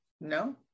No